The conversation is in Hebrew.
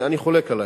אני חולק עלייך.